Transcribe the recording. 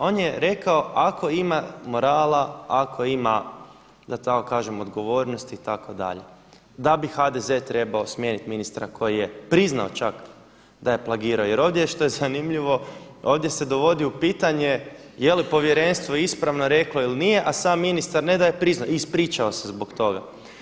On je rekao ako ima morala, ako ima da tako kažem odgovornosti itd., da bi HDZ trebao smijeniti ministra koji je priznao čak da je plagirao, jer ovdje što je zanimljivo ovdje se dovodi u pitanje je li povjerenstvo ispravno reklo a sam ministar ne da je priznao, i ispričao se zbog toga.